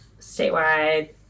statewide